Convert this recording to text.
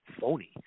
phony